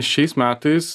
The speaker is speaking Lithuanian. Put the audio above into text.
šiais metais